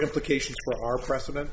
implications for our president